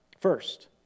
first